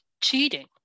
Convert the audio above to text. cheating